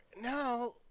Now